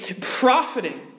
profiting